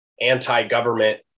anti-government